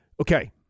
Okay